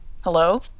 Hello